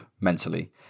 mentally